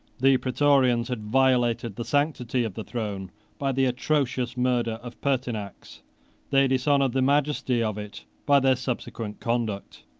the praetorians had violated the sanctity of the throne by the atrocious murder of pertinax they dishonored the majesty of it by their subsequent conduct.